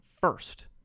first